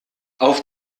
auf